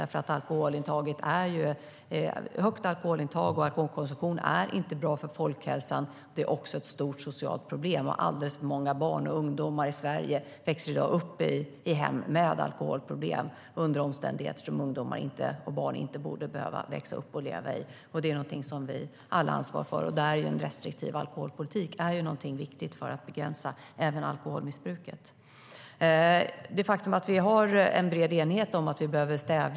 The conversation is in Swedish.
Högt alkoholintag och hög alkoholkonsumtion är inte bra för folkhälsan. Det är också ett stort socialt problem. Alldeles för många barn och ungdomar i Sverige växer i dag upp i hem med alkoholproblem, under omständigheter som ungdomar och barn inte borde behöva växa upp och leva i. Det har vi alla ansvar för. Och en restriktiv alkoholpolitik är viktig för att begränsa även alkoholmissbruket.